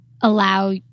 allow